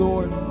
Lord